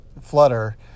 Flutter